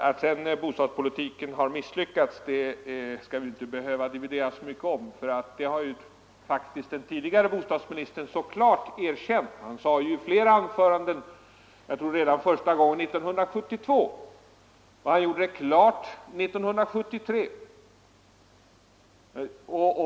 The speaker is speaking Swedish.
Att bostadspolitiken har misslyckats skall vi inte behöva dividera så mycket om, för det har faktiskt den tidigare bostadsministern erkänt. Han har sagt det i flera anföranden — han gjorde det första gången redan 1972.